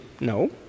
No